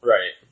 Right